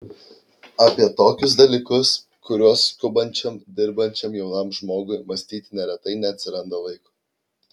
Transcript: apie tokius dalykus kuriuos skubančiam dirbančiam jaunam žmogui mąstyti neretai neatsiranda laiko